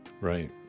right